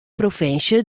provinsje